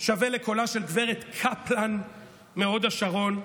שווה לקולה של גב' קפלן מהוד השרון,